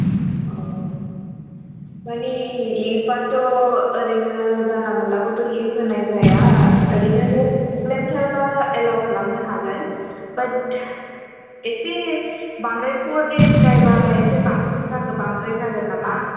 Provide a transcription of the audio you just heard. औ माने लिभाथ' ओरैनो जानला मोनला खौथ' लिभ होनाय जाया ओरैनो न'आव प्रब्लेम थारब्ला एलाव खालामनो हागोन बाट एसे बांद्राय फर डेसद्रायब्ला एसे बांसिन जागोन बांद्राय जागोन नामा